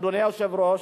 אדוני היושב-ראש,